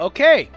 Okay